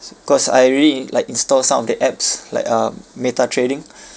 cause I already like installed some of the apps like um meta trading